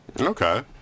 okay